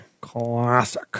Classic